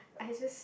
I just